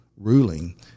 ruling